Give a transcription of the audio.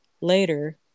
Later